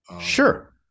Sure